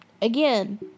again